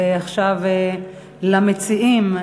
עכשיו למציעים,